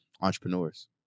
entrepreneurs